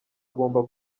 agomba